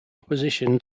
opposition